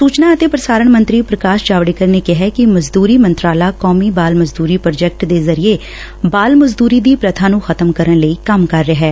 ਸੂਚਨਾ ਅਤੇ ਪ੍ਸਾਰਣ ਮੰਤਰੀ ਪ੍ਕਾਸ਼ ਜਾਵੜੇਕਰ ਨੇ ਕਿਹੈ ਕਿ ਮਜ਼ਦੂਰੀ ਮੰਤਰਾਲਾ ਕੌਮੀ ਬਾਲ ਮਜ਼ਦੂਰੀ ਪ੍ਰੋਜੈਕਟ ਦੇ ਜ਼ਰੀਏ ਬਾਲ ਮਜ਼ਦੂਰੀ ਦੀ ਪ੍ਰਬਾ ਨੂੰ ਖ਼ਤਮ ਕਰਨ ਲਈ ਕੰਮ ਕਰ ਰਿਹੈ